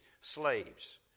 slaves